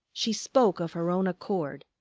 she spoke of her own accord.